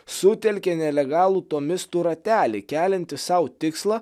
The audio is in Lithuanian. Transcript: sutelkė nelegalų tomistų ratelį keliantį sau tikslą